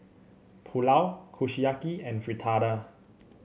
Pulao Kushiyaki and Fritada